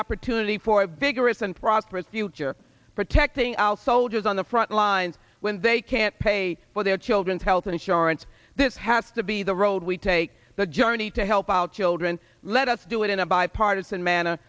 opportunity for a vigorous and prosperous future protecting our soldiers on the front line when they can't pay for their children's health insurance this has to be the road we take the journey to help our children let us do it in a bipartisan manner